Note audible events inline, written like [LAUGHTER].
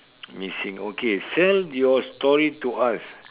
[NOISE] missing okay sell your story to us